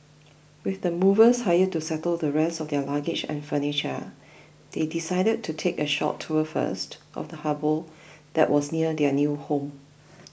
with the movers hired to settle the rest of their luggage and furniture they decided to take a short tour first of the harbour that was near their new home